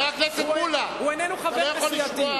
הוא איננו חבר בסיעתי.